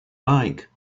like